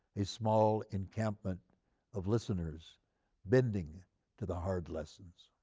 a small encampment of listeners bending to the hard lessons.